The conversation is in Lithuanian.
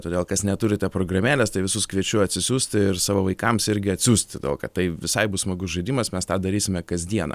todėl kas neturite programėlės tai visus kviečiu atsisiųsti ir savo vaikams irgi atsiųsti tokią tai visai bus smagus žaidimas mes tą darysime kasdieną